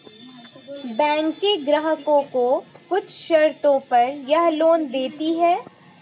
बैकें ग्राहकों को कुछ शर्तों पर यह लोन देतीं हैं